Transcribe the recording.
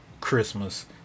Christmas